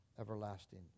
everlasting